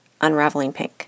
unravelingpink